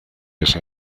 ese